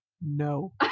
No